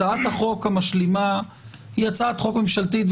הצעת החוק המשלימה היא הצעת חוק ממשלתית,